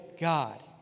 God